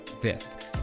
fifth